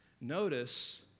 notice